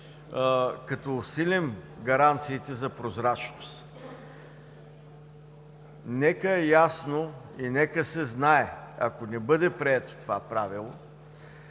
като усилим гаранциите за прозрачност. Нека е ясно, че ако не бъде прието това правило